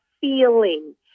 feeling